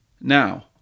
Now